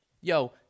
yo